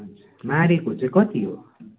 मारेको चाहिँ कति हो